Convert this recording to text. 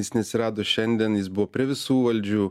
jis neatsirado šiandien jis buvo prie visų valdžių